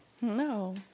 No